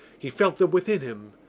he felt them within him.